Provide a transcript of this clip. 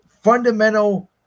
fundamental